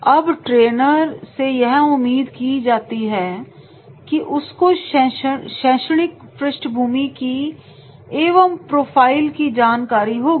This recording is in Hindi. अब ट्रेनर से यह उम्मीद की जाती है कि उसको शैक्षणिक पृष्ठभूमि की एवं प्रोफाइल की जानकारी होगी